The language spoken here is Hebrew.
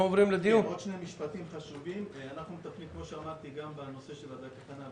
אנחנו מטפלים גם בנושא של תגי חנייה,